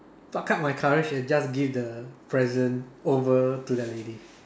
pluck up my courage and just give the present over to that lady